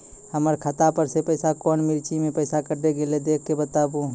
हमर खाता पर से पैसा कौन मिर्ची मे पैसा कैट गेलौ देख के बताबू?